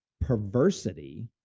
perversity